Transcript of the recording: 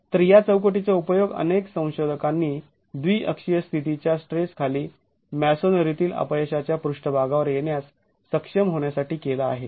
तर या चौकटीचा उपयोग अनेक संशोधकांनी द्विअक्षीय स्थितीच्या स्ट्रेस खाली मॅसोनरीतील अपयशाच्या पृष्ठभागावर येण्यास सक्षम होण्यासाठी केला आहे